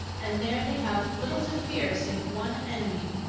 and there they have little to fear save one enemy,